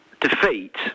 defeat